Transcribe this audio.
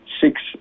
six